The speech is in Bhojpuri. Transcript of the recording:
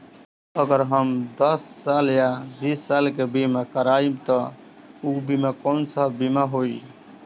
अगर हम दस साल या बिस साल के बिमा करबइम त ऊ बिमा कौन सा बिमा होई?